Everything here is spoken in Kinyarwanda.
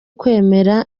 kwemera